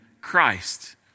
christ